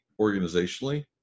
organizationally